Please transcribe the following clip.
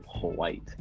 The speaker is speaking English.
white